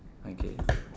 okay